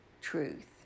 truth